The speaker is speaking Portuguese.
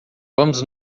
vamos